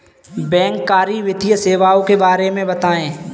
बैंककारी वित्तीय सेवाओं के बारे में बताएँ?